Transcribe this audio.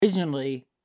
Originally